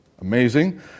Amazing